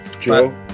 Joe